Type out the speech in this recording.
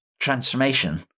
transformation